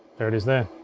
there it is there.